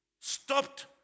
stopped